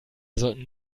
sollten